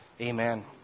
Amen